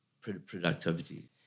productivity